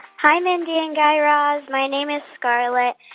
hi, mindy and guy raz. my name is scarlett.